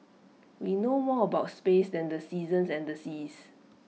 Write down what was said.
we know more about space than the seasons and the seas